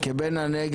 אני מדבר כבן הנגב,